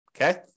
Okay